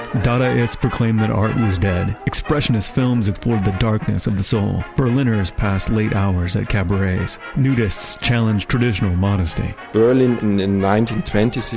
dadaists proclaimed that art was dead. expressionist films explored the darkness of the soul. berliners passed late hours at cabarets. nudists challenged traditional modesty berlin in the nineteen twenty s,